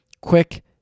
quick